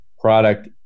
product